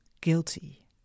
guilty